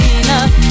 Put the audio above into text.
enough